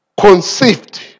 conceived